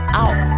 out